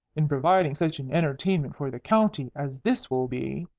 in providing such an entertainment for the county as this will be,